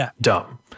dumb